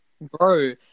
Bro